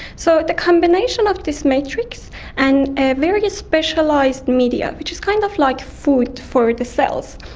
so the combination of this matrix and a very specialised media which is kind of like food for the cells,